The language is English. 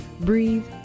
Breathe